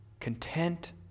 content